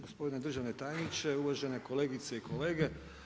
gospodine državni tajniče, uvažene kolegice i kolege.